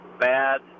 bad